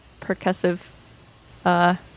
percussive